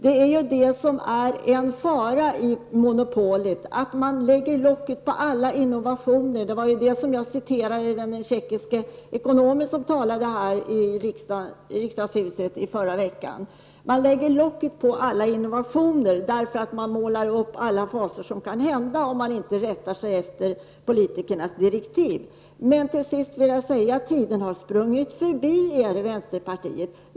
Det är en fara med monopolet att man lägger locket på alla innovationer. Jag citerade den tjeckiske ekonom som talade här i riksdagshuset i förra veckan och som sade just det. Man lägger locket på alla innovationer därför att man målar upp alla fasor som kan inträffa om man inte rättar sig efter politikernas direktiv. Till sist vill jag säga: Tiden har sprungit förbi er i vänsterpartiet!